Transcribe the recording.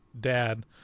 dad